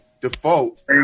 default